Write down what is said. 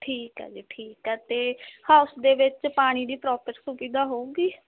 ਠੀਕ ਹੈ ਜੀ ਠੀਕ ਹੈ ਅਤੇ ਹਾਊਸ ਦੇ ਵਿੱਚ ਪਾਣੀ ਦੀ ਪ੍ਰੋਪਰ ਸੁਵਿਧਾ ਹੋਊਗੀ